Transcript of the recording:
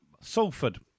Salford